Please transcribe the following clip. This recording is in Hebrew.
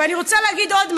ואני רוצה להגיד עוד משהו: